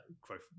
growth